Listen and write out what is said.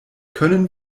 können